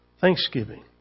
Thanksgiving